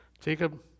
Jacob